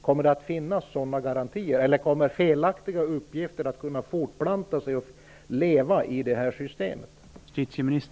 Kommer det att finnas sådana garantier, eller kommer felaktiga uppgifter att kunna fortplanta sig och leva i det här systemet?